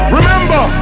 Remember